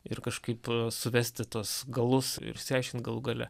ir kažkaip suvesti tuos galus ir išsiaiškint galų gale